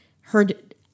heard